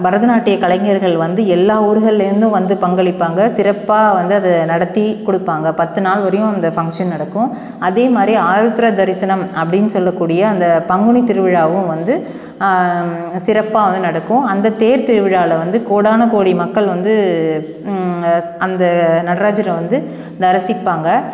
பரதநாட்டிய கலைஞர்கள் வந்து எல்லா ஊர்கள்லேருந்தும் வந்து பங்களிப்பாங்க சிறப்பாக வந்து அதை நடத்தி கொடுப்பாங்க பத்து நாள் வரையும் அந்த ஃபங்க்ஷன் நடக்கும் அதேமாதிரி ஆருத்ரா தரிசனம் அப்படின்னு சொல்லக்கூடிய அந்த பங்குனி திருவிழாவும் வந்து சிறப்பாக வந்து நடக்கும் அந்த தேர்த்திருவிழாவில் வந்து கோடான கோடி மக்கள் வந்து அந்த நடராஜரை வந்து தரிசிப்பாங்க